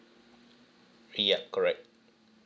yup correct